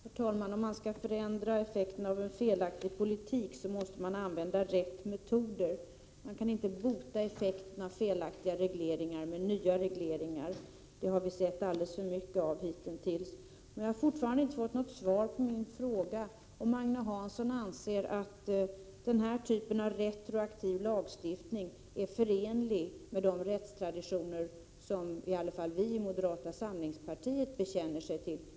Herr talman! Om man skall förändra effekterna av en felaktig politik måste man använda rätt metoder. Man kan inte bota effekterna av felaktiga regleringar med nya regleringar — det har vi sett alldeles för mycket av hitintills. Jag har fortfarande inte fått något svar på min fråga om Agne Hansson anser att den här typen av retroaktiv lagstiftning är förenlig med de rättstraditioner som i alla fall vi i moderata samlingspartiet bekänner oss till.